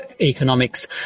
Economics